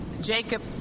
Jacob